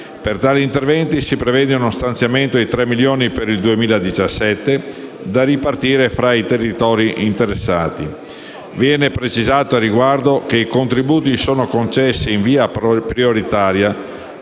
Per tali interventi si prevede uno stanziamento di 3 milioni per il 2017, da ripartire fra i territori interessati. Viene precisato, al riguardo, che i contributi sono concessi in via prioritaria